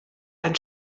ein